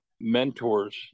mentors